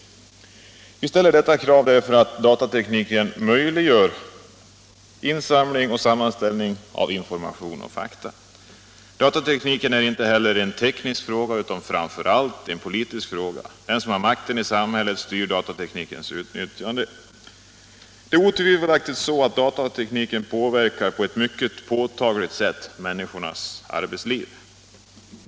Vi har ställt detta krav därför att datatekniken ger stora möjligheter till insamling och sammanställning av information och fakta. Datatekniken är heller inte bara en teknisk utan framför allt en politisk fråga. Den som har makten i samhället styr nämligen datateknikens utnyttjande. Det är otvivelaktigt så att datatekniken mycket påtagligt påverkar människors arbetsliv.